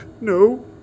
No